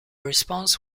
response